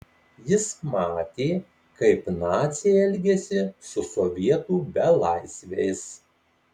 jis matė kaip naciai elgiasi su sovietų belaisviais